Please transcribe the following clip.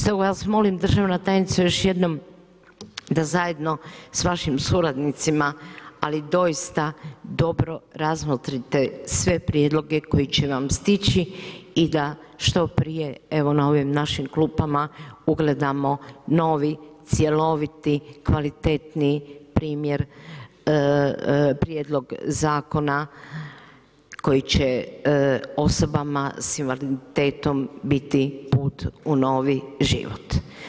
S toga vas molim državna tajnice još jednom, da zajedno s vašim suradnicima, ali doista dobro razmotrite, sve prijedloge koji će vam stići i da što prije, evo, na ovim našim klupama, ugledamo novi, cjeloviti, kvalitetniji primjer prijedlog Zakona koji će osobama s invaliditetom biti put u novi život.